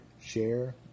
share